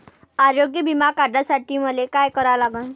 आरोग्य बिमा काढासाठी मले काय करा लागन?